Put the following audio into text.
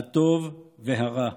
הטוב והרע.